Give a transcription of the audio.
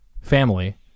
family